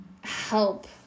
help